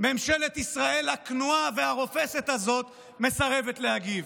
ממשלת ישראל הכנועה והרופסת הזאת מסרבת להגיב.